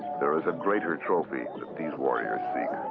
there is a greater trophy that these warriors seek.